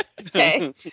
Okay